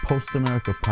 Post-America